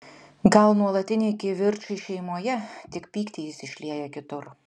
gal nuolatiniai kivirčai šeimoje tik pyktį jis išlieja kitur